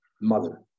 mother